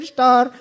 Star